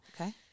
Okay